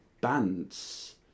bands